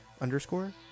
underscore